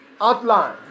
outline